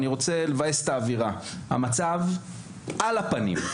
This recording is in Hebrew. אני רוצה לבאס את האווירה, המצב על הפנים.